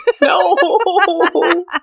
No